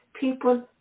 People